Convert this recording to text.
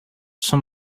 some